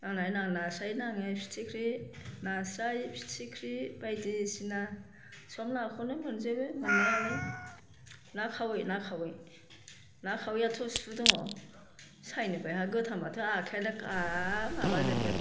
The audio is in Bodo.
नांनाया नाङो नास्राय नाङो फिथिख्रि नास्राय फिथिख्रि बायदिसिना सब नाखौनो मोनजोबो मोननायालाय ना खावै ना खावै ना खावैआथ' सु दंङ सायनोबो हाया गोथांब्लाथ' आखायानो हाब माबाजोबगोन